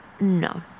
No